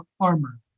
armor